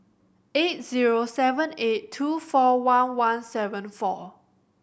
eight zero seven eight two four one one seven four